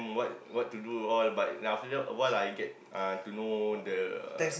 what what to do all but after that awhile I get uh to know the uh